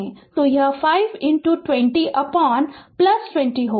तो यह 5 2020 होगा